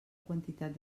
quantitat